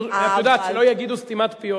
שלא יגידו סתימת פיות.